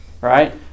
Right